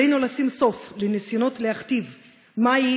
עלינו לשים סוף לניסיונות להכתיב מהי